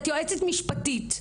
את יועצת משפטית.